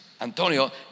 Antonio